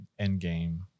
Endgame